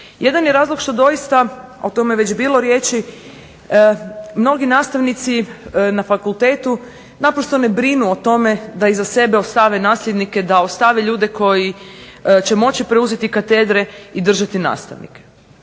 Jedan je razlog što doista, o tome je već bilo riječi mnogi nastavnici na fakultetu naprosto ne brinu o tome za iza sebe ostave nasljednike, da ostave ljude koji će moći preuzeti katedre i držati nastavnike.